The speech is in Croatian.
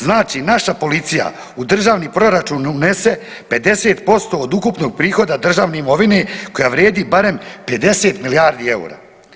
Znači naša policija u državni proračun unese 50% od ukupnog prihoda državne imovine koja vrijedi barem 50 milijardi eura.